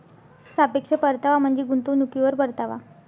सापेक्ष परतावा म्हणजे गुंतवणुकीवर परतावा